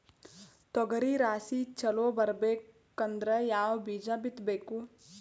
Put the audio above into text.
ತೊಗರಿ ರಾಶಿ ಚಲೋ ಬರಬೇಕಂದ್ರ ಯಾವ ಬೀಜ ಬಿತ್ತಬೇಕು?